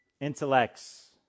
intellects